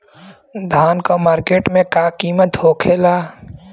धान क मार्केट में का कीमत होखेला?